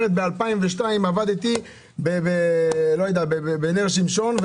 אומרת ב-2002 עבדתי בנר שמשון,